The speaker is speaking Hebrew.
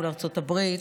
מול ארצות הברית,